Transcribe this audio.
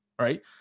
right